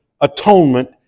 atonement